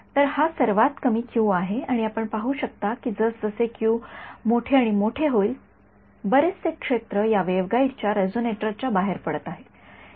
तर हा सर्वात कमी क्यू आहे आणि आपण हे पाहू शकता की जसजसे क्यू मोठे आणि मोठे होईल बरेचसे क्षेत्र या वेव्हगाईडच्या रेझोनिटर च्या बाहेर पडत आहे